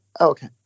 okay